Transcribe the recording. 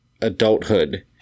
adulthood